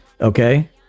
Okay